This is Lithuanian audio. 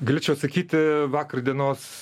galiu čia atsakyti vakar dienos